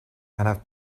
have